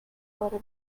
butter